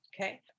Okay